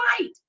right